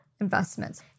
investments